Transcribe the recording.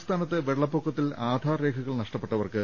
സംസ്ഥാനത്ത് വെള്ളപ്പൊക്കത്തിൽ ആധാർ രേഖകൾ നഷ്ടപ്പെട്ടവർക്ക്